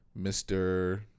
Mr